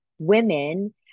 women